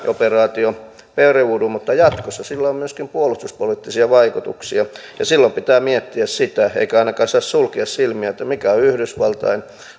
operaatio peruunnu mutta jatkossa sillä on myöskin puolustuspoliittisia vaikutuksia silloin pitää miettiä sitä eikä ainakaan saa sulkea siltä silmiään mitkä ovat yhdysvaltain